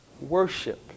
Worship